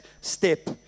step